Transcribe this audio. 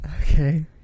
Okay